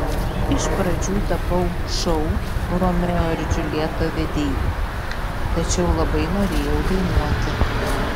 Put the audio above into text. iš pradžių tapau šou romeo ir džiuljeta vedėja tačiau labai norėjau dainuoti